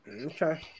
Okay